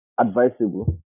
advisable